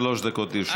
שלוש דקות לרשותך.